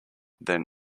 than